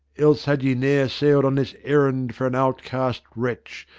else had ye ne'er sailed on this errand for an outcast wretch,